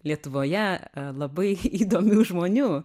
lietuvoje labai įdomių žmonių